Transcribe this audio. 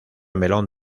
melón